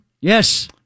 yes